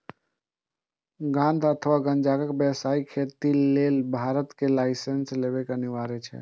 भांग अथवा गांजाक व्यावसायिक खेती लेल भारत मे लाइसेंस लेब अनिवार्य छै